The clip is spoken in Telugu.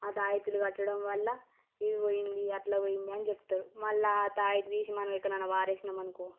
ఆ తాయత్తులు కట్టడం వల్ల ఇది పోయింది అట్ల పోయింది అని చెప్తారు మళ్ళా ఆ తాయత్తు తీసి మనం ఎక్కడనన్నా పారేసినామనుకో